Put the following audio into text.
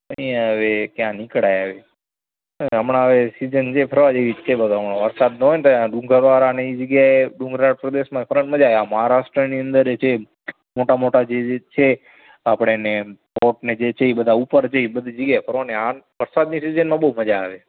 અહીંયા હવે ક્યાંય નીકળાય હવે હમણાં હવે સીઝન છે ફરવા જેવી જ છે બધે હમણાં વરસાદ હોય ને તો ડુંગરવાળાને એ જગ્યાએ ડુંગરાળ પ્રદેશમાં ફરવાની મજા આવે આ મહારાષ્ટ્રની અંદરેય જે મોટા મોટા જે છે આપણે ને છે એ બધા ઉપર ને એ બધી જગ્યાએ આમ વરસાદની સીઝનમાં બહુ મજા આવે